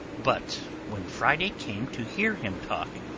but when friday came to hear him talk,